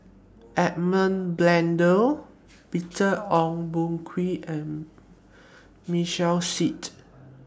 Edmund Blundell Peter Ong Boon Kwee and Michael Seet